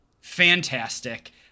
fantastic